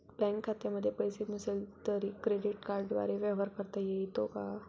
Bank खात्यामध्ये पैसे नसले तरी क्रेडिट कार्डद्वारे व्यवहार करता येतो का?